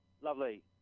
Lovely